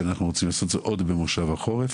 שאת זה אנחנו רוצים לעשות כבר במושב החורף.